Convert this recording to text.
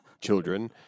children